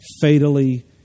fatally